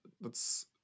thats